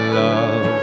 love